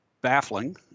baffling